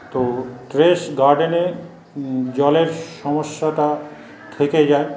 তো টেরেস গার্ডেনে জলের সমস্যাটা থেকে যায়